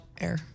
Air